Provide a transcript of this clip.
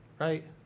right